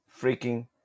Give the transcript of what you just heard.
freaking